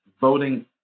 voting